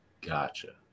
Gotcha